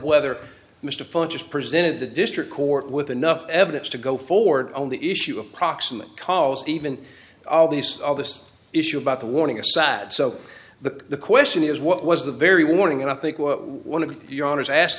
whether mr phone just presented the district court with enough evidence to go forward on the issue of proximate cause even all these all this issue about the warning a sad so the question is what was the very warning and i think what one of your honors asked